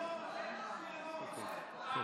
מה הוא הפר?